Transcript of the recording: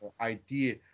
idea